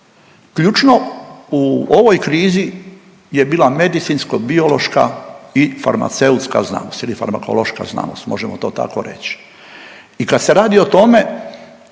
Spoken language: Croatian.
Ključno u ovoj krizi je bila medicinsko-biološka i farmaceutska znanost ili farmakološka znanost možemo to tako reći i kad se radi o tome